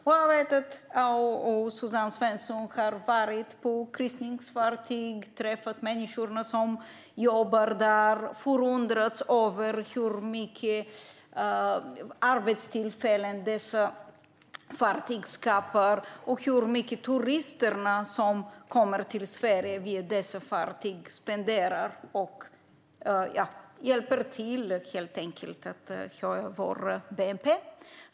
Jag vet att Suzanne Svensson har varit på kryssningsfartyg, träffat människorna som jobbar där, förundrats över hur många arbetstillfällen dessa fartyg skapar och hur mycket alla de turister som kommer till Sverige med dessa fartyg spenderar. De hjälper till att höja vår bnp.